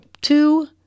two